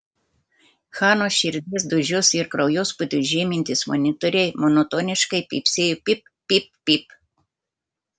hanos širdies dūžius ir kraujospūdį žymintys monitoriai monotoniškai pypsėjo pyp pyp pyp